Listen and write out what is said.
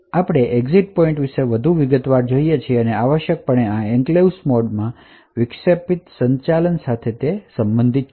આપણે asynchronous exit pointer જે interrupt સંચાલન સાથે સંબંધિત છે તેના વિશે વધુ વિગતવાર એન્ક્લેવ્સ મોડમાં જોઈએ છીએ